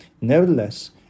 Nevertheless